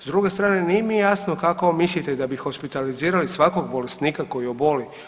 S druge strane, nije mi jasno kako mislite da bi hospitalizirali svakog bolesnika koji oboli?